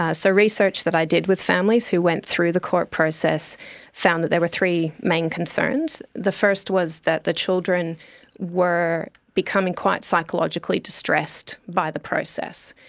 ah so, research that i did with families who went through the court process found that there were three main concerns. the first was that the children were becoming quite psychologically distressed by the process.